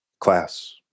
class